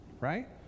right